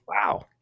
Wow